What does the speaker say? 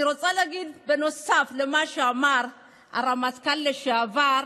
אני רוצה להגיד, בנוסף על מה שאמר הרמטכ"ל לשעבר,